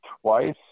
twice